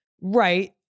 Right